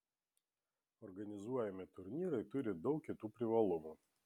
organizuojami turnyrai turi daug kitų privalumų